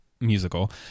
musical